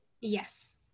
Yes